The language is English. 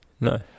No